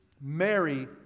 Mary